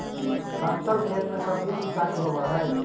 समतल खेत में सतही सिंचाई होवऽ हइ